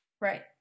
Right